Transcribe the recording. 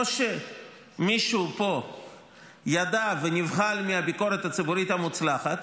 או שמישהו פה ידע ונבהל מהביקורת הציבורית המוצלחת,